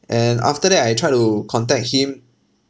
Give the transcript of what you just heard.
and after that I tried to contact him